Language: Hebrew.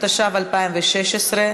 התשע"ו 2016,